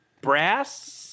brass